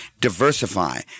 diversify